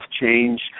change